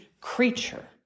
creature